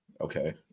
okay